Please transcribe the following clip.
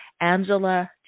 Angela